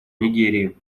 нигерии